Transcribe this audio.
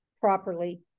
properly